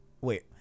Wait